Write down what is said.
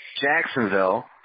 Jacksonville